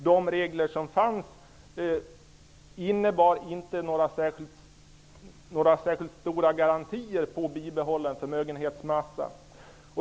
De regler som fanns innebar inte några särskilt stora garantier för bibehållen förmögenhetsmassa.